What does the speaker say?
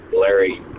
Larry